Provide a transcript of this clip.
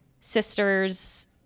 sisters